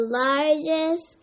largest